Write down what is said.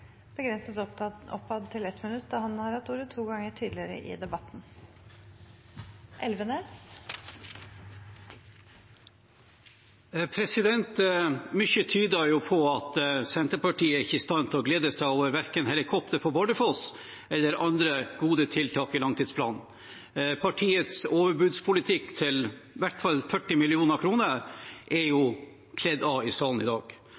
begrenset til 1 minutt. Mye tyder på at Senterpartiet ikke er i stand til å glede seg over verken helikoptre på Bardufoss eller andre gode tiltak i langtidsplanen. Partiets overbudspolitikk til i hvert fall 40 mill. kr er jo avkledd i salen i dag.